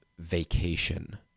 vacation